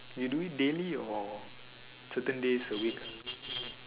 you do it daily or certain days a week